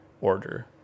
order